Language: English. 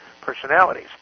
personalities